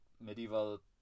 medieval